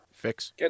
fix